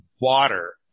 water